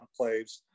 enclaves